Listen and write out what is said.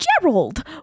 Gerald